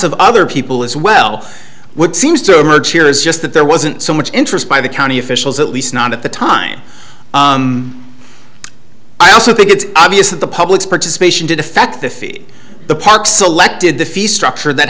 of other people as well which seems to emerge here is just that there wasn't so much interest by the county officials at least not at the time i also think it's obvious that the public's participation did affect the fee the park selected the fee structure that